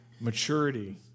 maturity